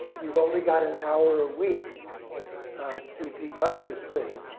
you've only got an hour a week to debug this thing,